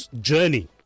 journey